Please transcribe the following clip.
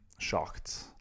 shocked